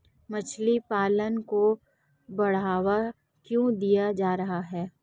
मछली पालन को बढ़ावा क्यों दिया जा रहा है?